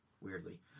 Weirdly